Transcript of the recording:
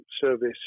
service